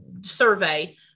survey